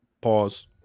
pause